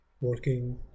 working